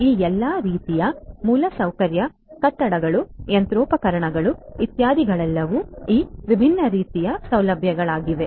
ಈ ಎಲ್ಲಾ ರೀತಿಯ ಮೂಲಸೌಕರ್ಯ ಕಟ್ಟಡಗಳು ಯಂತ್ರೋಪಕರಣಗಳು ಇತ್ಯಾದಿಗಳೆಲ್ಲವೂ ಈ ವಿಭಿನ್ನ ರೀತಿಯ ಸೌಲಭ್ಯಗಳಾಗಿವೆ